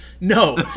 no